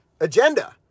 agenda